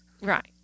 right